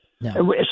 No